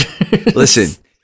Listen